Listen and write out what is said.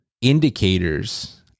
indicators